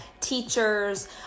teachers